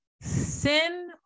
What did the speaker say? Sin